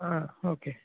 ആ ഓക്കെ